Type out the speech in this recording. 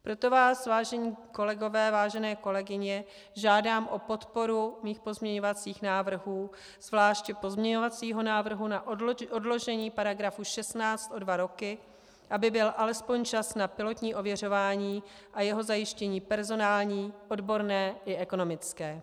Proto vás, vážení kolegové, vážené kolegyně, žádám o podporu mých pozměňovacích návrhů, zvláště pozměňovacího návrhu na odložení § 16 o dva roky, aby byl alespoň čas na pilotní ověřování a jeho zajištění personální, odborné i ekonomické.